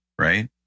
right